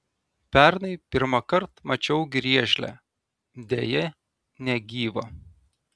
pernai pirmąkart mačiau griežlę deja negyvą